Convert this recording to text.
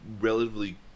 relatively